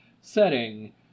setting